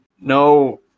No